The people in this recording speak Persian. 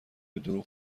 بهدروغ